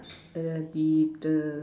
eh deep the